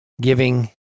giving